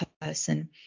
person